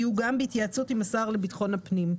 יהיו גם בהתייעצות עם השר לביטחון הפנים.